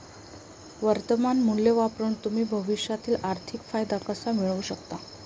वर्तमान मूल्य वापरून तुम्ही भविष्यातील आर्थिक फायदा कसा मिळवू शकता?